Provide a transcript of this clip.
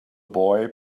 boy